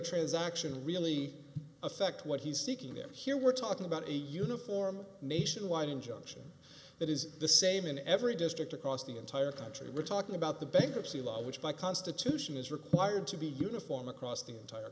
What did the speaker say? transaction really affect what he's seeking that here we're talking about a uniform nationwide injunction that is the same in every district across the entire country we're talking about the bankruptcy law which by constitution is required to be uniform across the entire